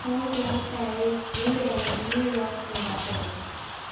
Hong Kong Paris new Delhi New York Singapore